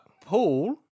Paul